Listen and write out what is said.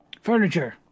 furniture